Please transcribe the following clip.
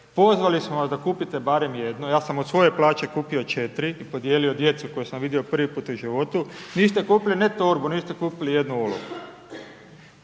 pozvali smo vas da kupite barem 1, ja sam od svoje plaće kupio 4, podijelio djeci koju sam vidio prvi put u životu. Niste kupili ne torbu, niste kupili 1 olovku.